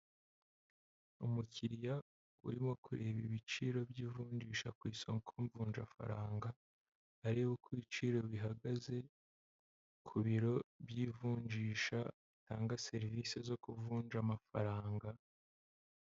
Umukiriya urimo kureba ibiciro by'ivunjisha ku isoko mvunjafaranga, areba uko ibiciro bihagaze ku biro by'ivunjisha bitanga serivisi zo kuvunja amafaranga.